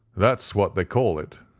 that's what they call it,